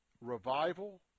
revival